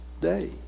day